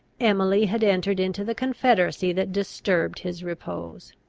emily had entered into the confederacy that disturbed his repose.